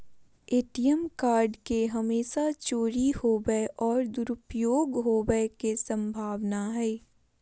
ATM card के हमेशा चोरी होवय और दुरुपयोग होवेय के संभावना हइ